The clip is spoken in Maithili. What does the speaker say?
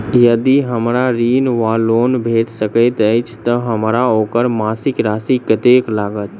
यदि हमरा ऋण वा लोन भेट सकैत अछि तऽ हमरा ओकर मासिक राशि कत्तेक लागत?